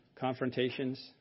confrontations